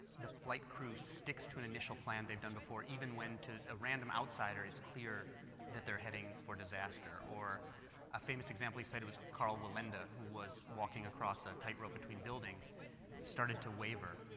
the flight crew sticks to an initial plan they've done before, even when to a random outsider it's clear that they're heading for disaster. or a famous example that he said was karl wallenda who was walking across a tightrope between buildings started to waiver